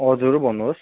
हजुर भन्नुहोस्